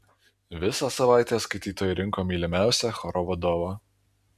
visą savaitę skaitytojai rinko mylimiausią choro vadovą